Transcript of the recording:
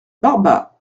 barba